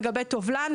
לגבי טובלן,